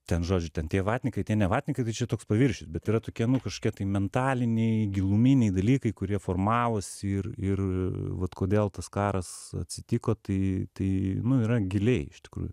ten žodžiu ten tie vatnikai tie ne vatnykai tai čia toks paviršius bet yra tokie nu kažkokie tai mentaliniai giluminiai dalykai kurie formavosi ir ir vat kodėl tas karas atsitiko tai tai yra giliai iš tikrųjų